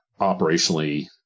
operationally